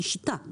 זו שיטה,